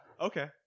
okay